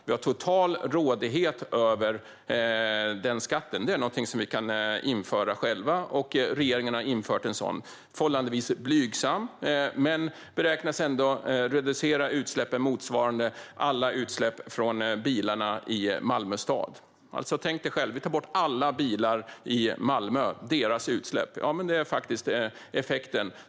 Vi har total rådighet över den skatten. Den är något som vi kan införa själva, och det har regeringen nu gjort. Den är förhållandevis blygsam men beräknas ändå reducera utsläppen med motsvarande alla utsläpp från bilarna i Malmö stad. Tänk dig själv att vi tar bort utsläppen från alla bilar i Malmö! Det är faktiskt effekten.